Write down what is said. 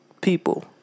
People